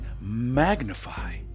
magnify